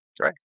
right